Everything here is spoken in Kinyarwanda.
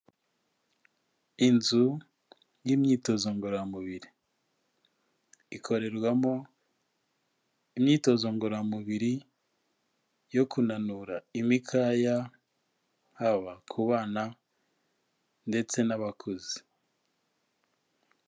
Inzu y'imyitozo ngororamubiri, ikorerwamo imyitozo ngororamubiri yo kunanura imikaya haba ku bana ndetse n'abakuze.